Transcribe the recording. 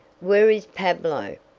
where is pablo?